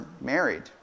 married